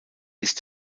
ist